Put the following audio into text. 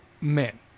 men